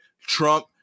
Trump